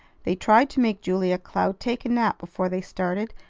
they tried to make julia cloud take a nap before they started,